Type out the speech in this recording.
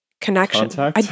connection